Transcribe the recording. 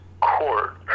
court